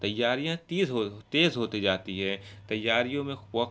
تیاریاں تیز ہو تیز ہوتی جاتی ہے تیاریوں میں وقت